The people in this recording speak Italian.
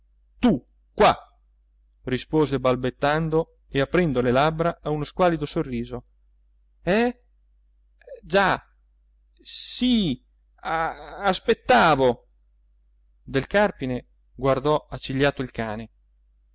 tu qua rispose balbettando e aprendo le labbra a uno squallido sorriso eh già sì a-aspettavo del carpine guardò accigliato il cane